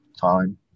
Time